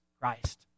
Christ